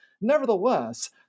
Nevertheless